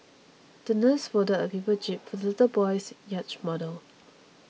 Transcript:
the nurse folded a paper jib for the little boy's yacht model